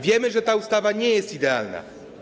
Wiemy, że ta ustawa nie jest idealna.